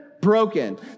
broken